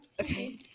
okay